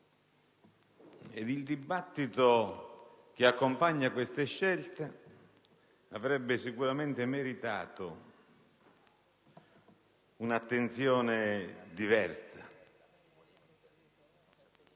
ed il dibattito che le accompagna avrebbe sicuramente meritato un'attenzione diversa,